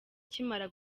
akimara